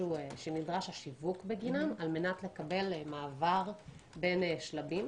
השיווק בגינם על מנת לקבל מעבר בין שלבים.